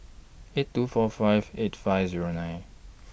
eight two four five eight five Zero nine